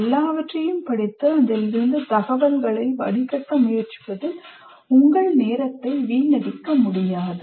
எல்லாவற்றையும் படித்து அதிலிருந்து தகவல்களை வடிகட்ட முயற்சிப்பதில் உங்கள் நேரத்தை வீணடிக்க முடியாது